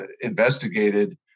investigated